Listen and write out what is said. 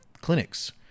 clinics